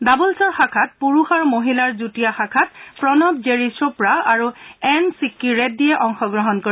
doubles শাখাত পুৰুষ আৰু মহিলাৰ যুটীয়া শাখাত প্ৰণৱ জেৰী চোপ্ৰা আৰু এন ছিৰি ৰেড্ডীয়ে অংশগ্ৰহণ কৰিব